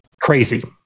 crazy